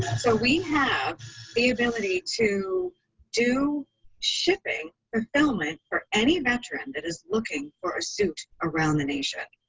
so we have the ability to do shipping fulfillment for any veteran that is looking for a suit around the nation.